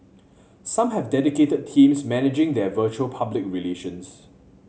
some have dedicated teams managing their virtual public relations